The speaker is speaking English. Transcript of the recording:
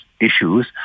issues